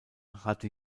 hatte